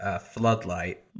floodlight